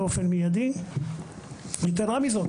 יתרה מזאת,